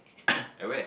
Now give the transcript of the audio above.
at where